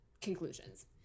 conclusions